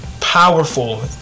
powerful